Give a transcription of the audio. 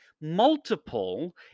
Multiple